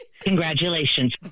Congratulations